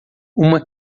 uma